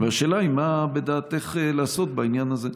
השאלה היא מה בדעתך לעשות בעניין הזה.